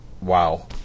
wow